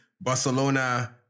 Barcelona